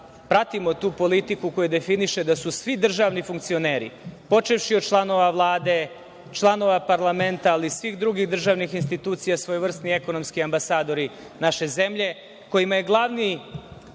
pratimo tu politiku koja definiše da su svi državni funkcioneri, počevši od članova Vlade, članova parlamenta, ali i svih drugih državnih institucija, svojevrsni ekonomski ambasadori naše zemlje, kojima je glavni